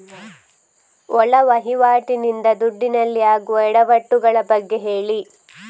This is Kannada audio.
ಒಳ ವಹಿವಾಟಿ ನಿಂದ ದುಡ್ಡಿನಲ್ಲಿ ಆಗುವ ಎಡವಟ್ಟು ಗಳ ಬಗ್ಗೆ ಹೇಳಿ